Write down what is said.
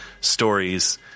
stories